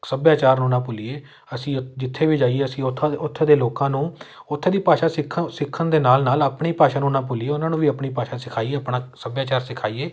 ਸੱਭਿਆਚਾਰ ਨੂੰ ਨਾ ਭੁੱਲੀਏ ਅਸੀਂ ਜਿੱਥੇ ਵੀ ਜਾਈਏ ਅਸੀਂ ਉੱਥਾਂ ਉੱਥੇ ਦੇ ਲੋਕਾਂ ਨੂੰ ਉੱਥੇ ਦੀ ਭਾਸ਼ਾ ਸਿੱਖ ਸਿੱਖਣ ਦੇ ਨਾਲ ਨਾਲ ਆਪਣੀ ਭਾਸ਼ਾ ਨੂੰ ਨਾ ਭੁੱਲੀਏ ਉਹਨਾਂ ਨੂੰ ਵੀ ਆਪਣੀ ਭਾਸ਼ਾ ਸਿਖਾਈਏ ਆਪਣਾ ਸੱਭਿਆਚਾਰ ਸਿਖਾਈਏ